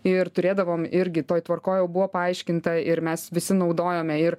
ir turėdavom irgi toj tvarkoj jau buvo paaiškinta ir mes visi naudojome ir